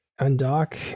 undock